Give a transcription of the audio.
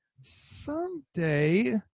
someday